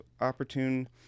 opportune